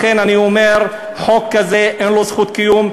לכן אני אומר: חוק כזה, אין לו זכות קיום.